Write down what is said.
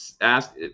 ask